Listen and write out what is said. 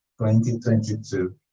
2022